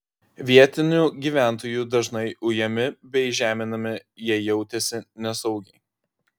vietinių gyventojų dažnai ujami bei žeminami jie jautėsi nesaugiai